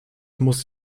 muss